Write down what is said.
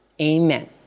Amen